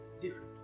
different